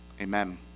Amen